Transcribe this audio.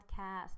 podcast